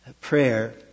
Prayer